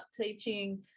teaching